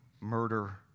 murder